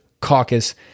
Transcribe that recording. Caucus